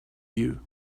you